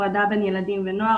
הפרדה בין ילדים ונוער,